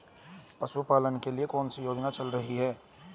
पशुपालन के लिए कौन सी योजना चल रही है?